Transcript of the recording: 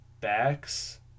backs